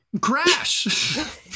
Crash